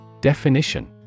Definition